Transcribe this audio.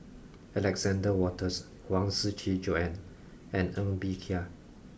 Alexander Wolters Huang Shiqi Joan and Ng Bee Kia